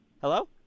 Hello